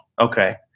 Okay